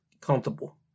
comfortable